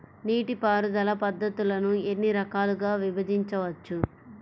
నీటిపారుదల పద్ధతులను ఎన్ని రకాలుగా విభజించవచ్చు?